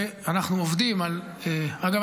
אגב,